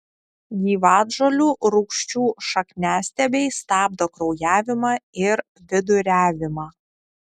gyvatžolių rūgčių šakniastiebiai stabdo kraujavimą ir viduriavimą